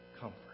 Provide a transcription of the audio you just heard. comfort